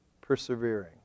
persevering